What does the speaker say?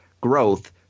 growth